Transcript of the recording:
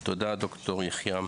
תודה, ד"ר יחיעם.